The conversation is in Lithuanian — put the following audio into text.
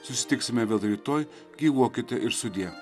susitiksime vėl rytoj gyvuokite ir sudie